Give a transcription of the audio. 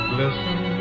listen